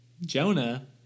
Jonah